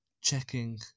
checking